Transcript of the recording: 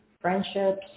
friendships